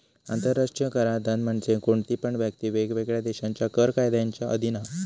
आंतराष्ट्रीय कराधान म्हणजे कोणती पण व्यक्ती वेगवेगळ्या देशांच्या कर कायद्यांच्या अधीन हा